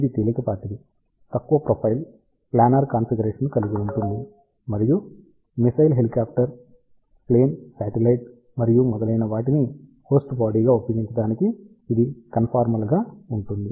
ఇది తేలికపాటిది తక్కువ ప్రొఫైల్ ప్లానార్ కాన్ఫిగరేషన్ను కలిగి ఉంటుంది మరియు మిస్సైల్ హెలికాప్టర్ ప్లేన్ శాటిలైట్ మరియు మొదలైన వాటిని హోస్ట్ బాడీ గా ఉపయోగించటానికి ఇది కన్ఫార్మల్గా ఉంటుంది